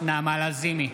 נעמה לזימי,